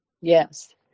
Yes